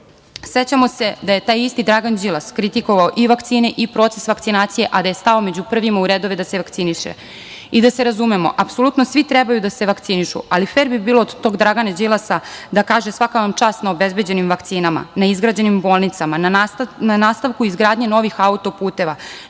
istinu.Sećamo se da je taj isti Dragan Đilas kritikovao i vakcine i proces vakcinacije, a da je stao među prvima u redove da se vakciniše. Da se razumemo, apsolutno svi trebaju da se vakcinišu, ali fer bi bilo od tog Dragana Đilasa da kaže – svaka vam čast na obezbeđenim vakcinama, na izgrađenim bolnicama, na nastavku izgradnje novih autoputeva,